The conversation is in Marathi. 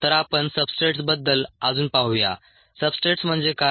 तर आपण सबस्ट्रेट्स बद्दल अजून पाहूया सबस्ट्रेट्स म्हणजे काय